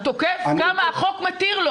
כמה החוק מתיר לו,